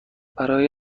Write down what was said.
برای